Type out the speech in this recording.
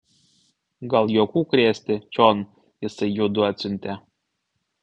gal juokų krėsti čion jisai judu atsiuntė